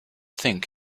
think